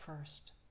first